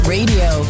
Radio